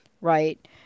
right